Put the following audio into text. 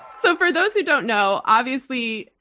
so for those who don't know, obviously,